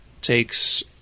takes